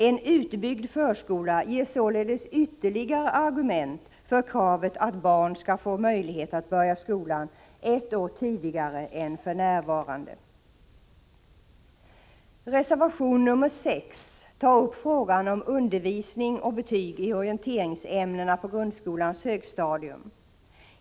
En utbyggd förskola ger således ytterligare argument för kravet att barn skall få möjlighet att börja skolan ett år tidigare än för närvarande. I reservation nr 6 tar vi upp frågan om undervisning och betyg i orienteringsämnena på grundskolans högstadium.